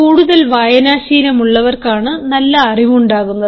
കൂടുതൽ വായനശീലമുള്ളവർക്കാണ് നല്ല അറിവുണ്ടാകുന്നത്